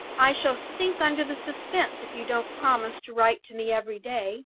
i shall sink under the suspense, if you don't promise to write to me every day.